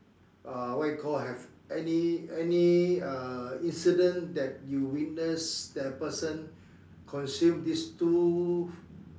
uh what you call have any any uh incident that you witness the person consume this two